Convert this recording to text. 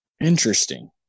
Interesting